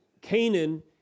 Canaan